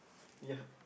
ya